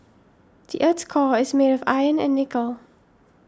the earth's core is made of iron and nickel